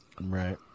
Right